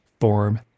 form